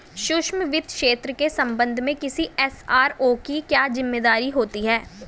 सूक्ष्म वित्त क्षेत्र के संबंध में किसी एस.आर.ओ की क्या जिम्मेदारी होती है?